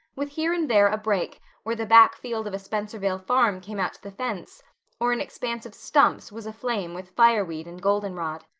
with here and there a break where the back field of a spencervale farm came out to the fence or an expanse of stumps was aflame with fireweed and goldenrod.